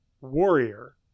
warrior